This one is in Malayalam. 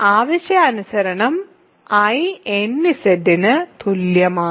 ആവശ്യാനുസരണം I nZ ന് തുല്യമാണ്